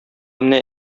менә